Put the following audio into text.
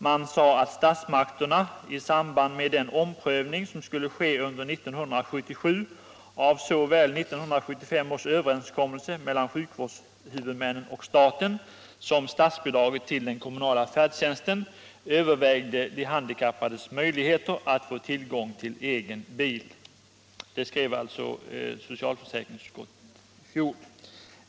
Man sade att statsmakterna ”i samband med den omprövning som skulle ske under 1977 av såväl 1975 års överenskommelse mellan sjukvårdshuvudmännen och staten som statsbidraget till den kommunala färdtjänsten övervägde de handikappades möjligheter att få tillgång till egen bil”.